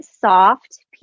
soft